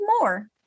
more